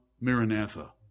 maranatha